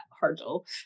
hurdle